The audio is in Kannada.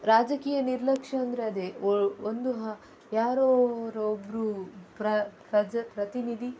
ರಾಜಕೀಯ ನಿರ್ಲಕ್ಷ್ಯ ಅಂದರೆ ಅದೇ ಒಂದು ಯಾರೋ ಅವರೊಬ್ರು ಪ್ರಜಾ ಪ್ರತಿನಿಧಿ